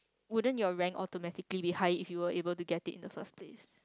wouldn't your rank automatically be high if you were able to get it in the first place